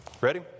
Ready